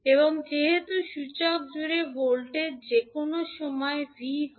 এবং যেহেতু সূচক জুড়ে ভোল্টেজ যে কোনও সময় ভি হয়